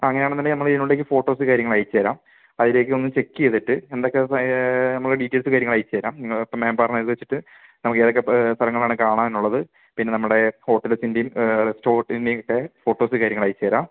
അങ്ങനെയാണെന്നുണ്ടെങ്കിൽ നമ്മൾ ഇതിനുളളില്ലേക്ക് ഫോട്ടോസ് കാര്യങ്ങളും അയച്ചുതരാം അതിലേക്കൊന്ന് ചെക്ക് ചെയ്തിട്ട് എന്തൊക്കെ നമ്മൾ ഡീറ്റെയിൽസ് കാര്യങ്ങൾ അയച്ചുതരാം നിങ്ങളിപ്പോൾ മാം പറഞ്ഞത് വെച്ചിട്ട് നമുക്ക് ഏതൊക്കെ സ്ഥലങ്ങളാണ് കാണാനുള്ളത് പിന്നെ നമ്മുടെ ഹോട്ടൽസിൻ്റെയും സ്പോട്ടിൻ്റെയുമൊക്കെ ഫോട്ടോസ് കാര്യങ്ങൾ അയച്ചുതരാം